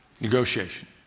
Negotiation